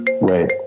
Wait